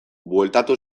bueltatu